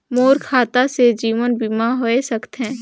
मोर खाता से जीवन बीमा होए सकथे?